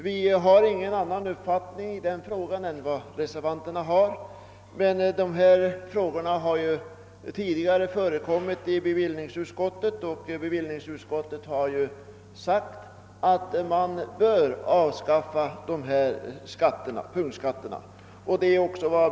Vi har samma uppfattning som dessa, men spörsmålen har ju tidigare varit uppe i bevillningsutskottet, som då enhälligt framhållit att dessa punktskatter bör avskaffas snarast.